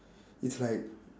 it's like